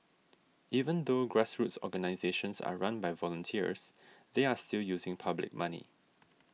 even though grassroots organisations are run by volunteers they are still using public money